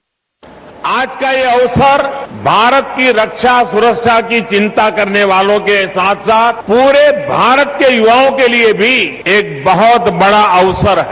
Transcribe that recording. bite आज का यह अवसर भारत की रक्षा सुरक्षा की चिंता करने वालों के साथ पूरे भारत के युवाओं के लिए भी एक बहुत बड़ा अवसर है